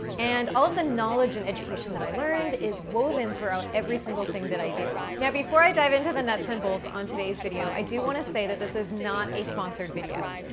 and all of the knowledge and education that i learned is woven throughout every single thing that i do. now before i dive into the nuts and bolts on today's video i do wanna say that this is not a sponsored video.